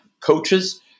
coaches